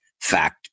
fact